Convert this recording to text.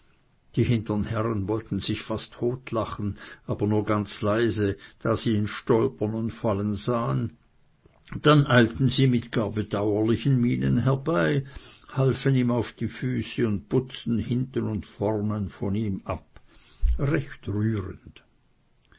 die hintern herren wollten sich fast totlachen aber nur ganz leise da sie ihn stolpern und fallen sahen dann eilten sie mit gar bedauerlichen mienen herbei halfen ihm auf die füße und putzten hinten und vornen an ihm ab recht rührend